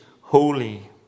holy